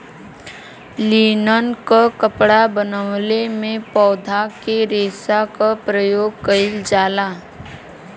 linen क कपड़ा बनवले में पौधा के रेशा क परयोग कइल जाला